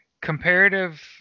Comparative